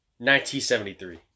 1973